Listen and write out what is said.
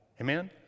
Amen